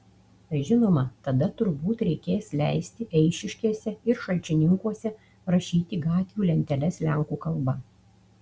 žinoma tada turbūt reikės leisti eišiškėse ir šalčininkuose rašyti gatvių lenteles lenkų kalba